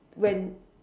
when